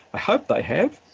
i hope they have.